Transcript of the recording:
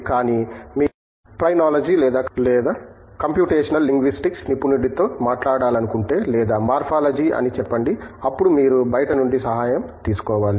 కానీ మీరు ఫ్రేనోలజీ లేదా కంప్యుటేషనల్ లింగ్విస్టిక్స్ నిపుణుడితో మాట్లాడాలనుకుంటే లేదా మార్ఫాలజీ అని చెప్పండి అప్పుడు మీరు బయటి నుండి సహాయం తీసుకోవాలి